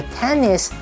tennis